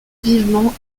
vivement